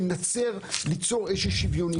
שמנסה ליצור איזושהי שוויוניות.